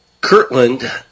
Kirtland